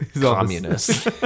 communist